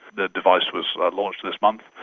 the device was launched this month.